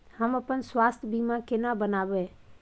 हम अपन स्वास्थ बीमा केना बनाबै?